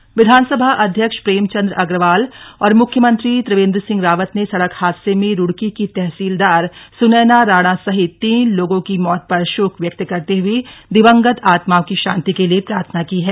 शोक विधानसभा अध्यक्ष प्रेमचंद अग्रवाल और मुख्यमंत्री त्रिवेन्द्र सिंह रावत ने सड़क हादसे में रुड़की की तहसीलदार सुनैना राणा सहित तीन लोगों की मौत पर शोक व्यक्त करते हुए दिवंगत आत्माओं की शांति के लिए प्रार्थना की है